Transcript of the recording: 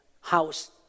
house